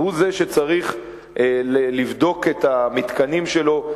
והוא שצריך לבדוק את המתקנים שלו,